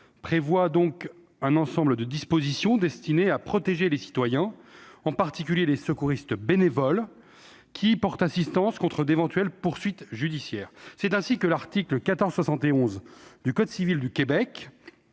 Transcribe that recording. comporte un ensemble de dispositions destinées à protéger les citoyens, en particulier les secouristes bénévoles qui portent assistance, contre d'éventuelles poursuites judiciaires. Par exemple, l'article 1471 du code civil du Québec